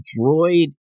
droid